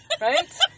Right